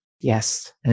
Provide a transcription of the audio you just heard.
Yes